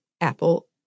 apple